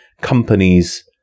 companies